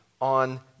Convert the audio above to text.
on